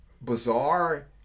bizarre